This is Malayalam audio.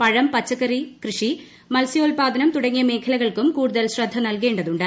പഴം പച്ചക്കറി കൃഷി മത്സ്യോൽപാട്ടന്ട് തുടങ്ങിയ മേഖലകൾക്കും കൂടുതൽ ശ്രദ്ധ നൽകേണ്ടതുണ്ട്